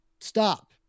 stop